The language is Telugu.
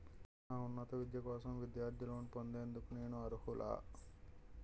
నా ఉన్నత విద్య కోసం విద్యార్థి లోన్ పొందేందుకు నేను అర్హులా?